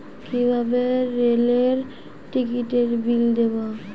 কিভাবে রেলের টিকিটের বিল দেবো?